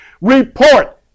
report